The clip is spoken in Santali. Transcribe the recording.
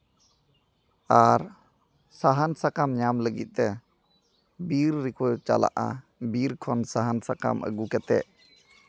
ᱟᱨ ᱥᱟᱦᱟᱱ ᱥᱟᱠᱟᱢ ᱧᱟᱢ ᱞᱟᱹᱜᱤᱫ ᱛᱮ ᱵᱤᱨ ᱨᱮᱠᱚ ᱪᱟᱞᱟᱜᱼᱟ ᱵᱤᱨ ᱠᱷᱚᱱ ᱥᱟᱦᱟᱱ ᱥᱟᱠᱟᱢ ᱟᱹᱜᱩ ᱠᱟᱛᱮ